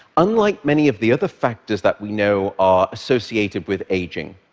unlike many of the other factors that we know are associated with aging,